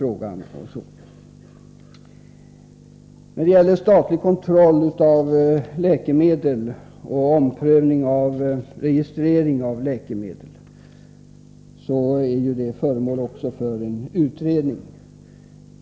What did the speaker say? Frågan om statlig kontroll av läkemedel och omprövning av registrering av läkemedel är också föremål för utredning.